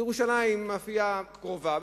בירושלים המאפייה קרובה,